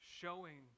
showing